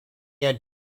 had